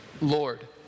Lord